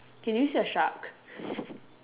can you see a shark